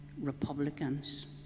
republicans